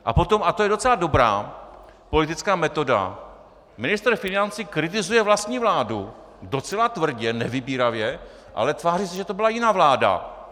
A potom, a to je docela dobrá politická metoda, ministr financí kritizuje vlastní vládu docela tvrdě, nevybíravě, ale tváří se, že to byla jiná vláda.